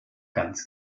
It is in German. ganz